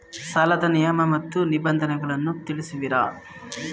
ಸಾಲದ ನಿಯಮ ಮತ್ತು ನಿಬಂಧನೆಗಳನ್ನು ತಿಳಿಸುವಿರಾ?